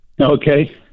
Okay